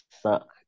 suck